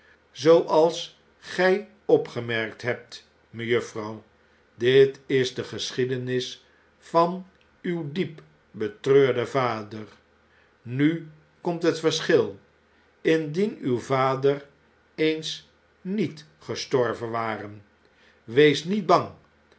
zooals gij opgemerkt hebt mejuffrouw dit is de geschiedenis van uw diep betreurden vader nu komt het verschil indien uw vader eens niet gestorven ware wees niet bang